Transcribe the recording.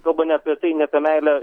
kalba ne apie tai ne apie meilę